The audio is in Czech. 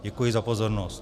Děkuji za pozornost.